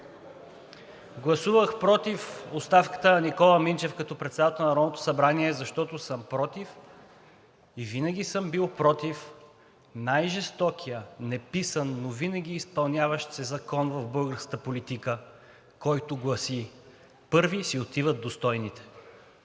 Гласувах против оставката на Никола Минчев като председател на Народното събрание, защото съм против и винаги съм бил против най-жестокия неписан, но винаги изпълняващ се закон от българската политика, който гласи: „Първи си отиват достойните.“